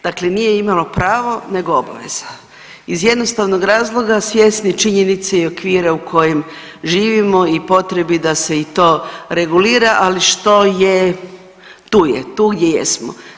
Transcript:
Dakle nije imalo pravo nego obaveza iz jednostavnog razloga, svjesni činjenice i okvira u kojem živimo i potrebi da se i to regulira, ali što je tu je, tu gdje jesmo.